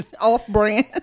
off-brand